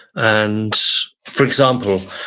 and for example,